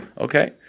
Okay